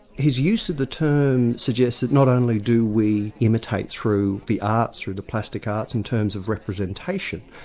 his use of the term suggests that not only do we imitate through the arts, through the plastic arts in terms of representation,